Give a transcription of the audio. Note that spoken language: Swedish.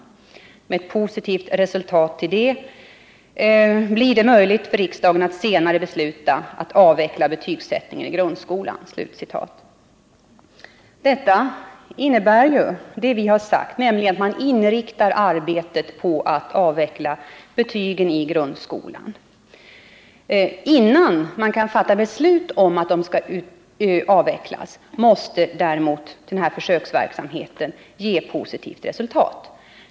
Det heter vidare: ”Med ett positivt resultat av försöksverksamheten blir det möjligt för riksdagen att senare besluta om att avveckla betygsättningen i grundskolan.” Detta innebär detsamma som vad vi har sagt, nämligen att man inriktar arbetet på att avveckla betygen i grundskolan. Innan man kan fatta beslut om att betygen skall avvecklas måste dock den nämnda försöksverksamheten ge positivt resultat.